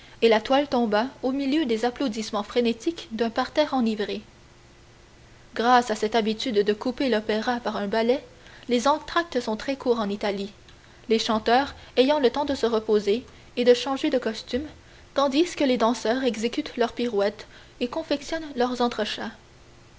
et la toile tomba au milieu des applaudissements frénétiques d'un parterre enivré grâce à cette habitude de couper l'opéra par un ballet les entractes sont très courts en italie les chanteurs ayant le temps de se reposer et de changer de costume tandis que les danseurs exécutent leurs pirouettes et confectionnent leurs entrechats